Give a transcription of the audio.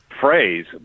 phrase